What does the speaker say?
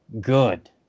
good